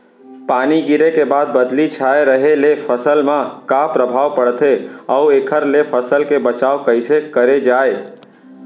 पानी गिरे के बाद बदली छाये रहे ले फसल मा का प्रभाव पड़थे अऊ एखर ले फसल के बचाव कइसे करे जाये?